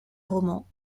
romans